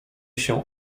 się